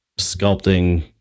sculpting